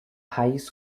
highest